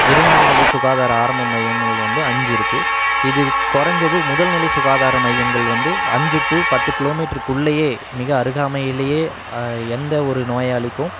இரண்டாம் நிலை சுகாதார ஆரம்ப மையம்கள் வந்து அஞ்சு இருக்குது இது குறஞ்சது முதல் நிலை சுகாதார மையங்கள் வந்து அஞ்சு டூ பத்து கிலோமீட்ருக்குள்ளையே மிக அருகாமையிலையே எந்த ஒரு நோயாளிக்கும்